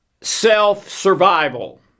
self-survival